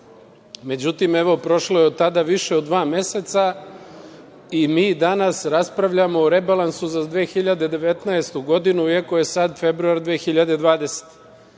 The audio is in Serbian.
Međutim, prošlo je od tada više od dva meseca i mi danas raspravljamo o rebalansu za 2019. godinu, iako je sad februar 2020.